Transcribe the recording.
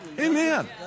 Amen